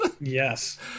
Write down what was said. Yes